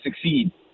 succeed